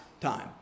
time